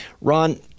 Ron